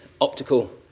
optical